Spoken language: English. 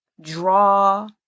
draw